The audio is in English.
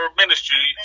ministry